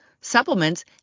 supplements